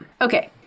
Okay